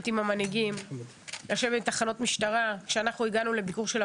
עם המנהיגים ועם תחנות המשטרה של המקום.